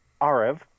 Arev